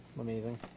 Amazing